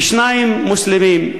ושניים מוסלמים: